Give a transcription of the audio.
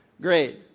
great